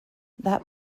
that